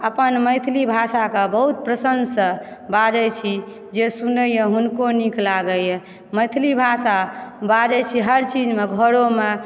अपन मैथिली भाषाकऽ बहुत प्रसन्नसँ बाजय छी जे सुनयए ओकरो नीक लागयए मैथिली भाषा बाजैत छी हर चीजमे घरोमे